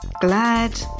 glad